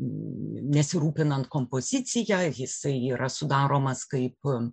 nesirūpinant kompozicij jisai yra sudaromas kaip